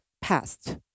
past